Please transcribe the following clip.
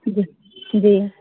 जी जी